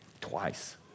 twice